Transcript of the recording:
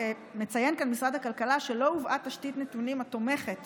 מציין כאן משרד הכלכלה שלא הובאה תשתית נתונים שתומכת